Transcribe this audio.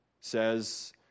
says